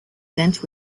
sent